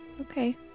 Okay